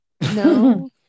No